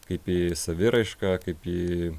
kaip į saviraišką kaip į